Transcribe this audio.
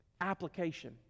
Application